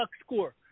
score